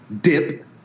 dip